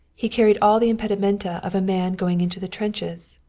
he carried all the impedimenta of a man going into the trenches,